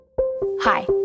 Hi